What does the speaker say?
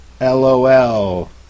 LOL